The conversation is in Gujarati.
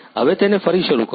હવે તેને ફરી શરૂ કરો